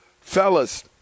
Fellas